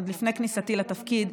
עוד לפני כניסתי לתפקיד.